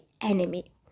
enemy